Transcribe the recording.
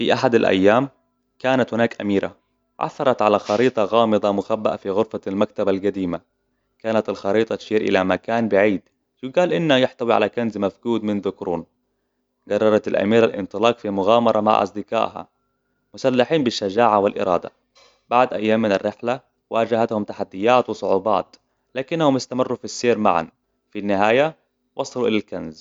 في أحد الأيام، كانت هناك أميرة عثرت على خريطة غامضة مخبأة في غرفة المكتبة القديمة. كانت الخريطة تشير إلى مكان بعيد، وكان إنها يحتوى على كنز مفقود منذ قرون. قررت الأميرة الإنطلاق في مغامرة مع اصدقائها، مسلحين بالشجاعة والإرادة. بعد أيام من الرحلة، واجهتهم تحديات وصعوبات، لكنهم استمروا في السير معاً. في النهاية، وصلوا إلى الكنز